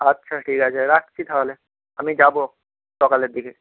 আচ্ছা ঠিক আছে রাখছি তাহলে আমি যাবো সকালের দিকে